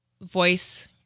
voice